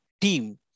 team